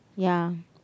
ya